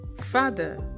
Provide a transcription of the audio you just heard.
Father